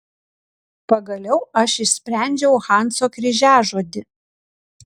pagaliau aš išsprendžiau hanso kryžiažodį